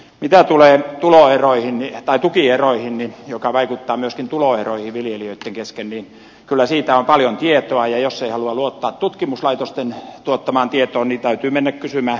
mitä tulee tukieroihin jotka vaikuttavat myöskin tuloeroihin viljelijöitten kesken niin kyllä siitä on paljon tietoa ja jos ei halua luottaa tutkimuslaitosten tuottamaan tietoon niin täytyy mennä kysymään viljelijöiltä